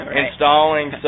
installing